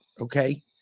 okay